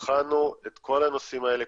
בחנו את כל הנושאים האלה,